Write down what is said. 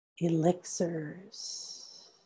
elixirs